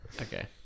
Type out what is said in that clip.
okay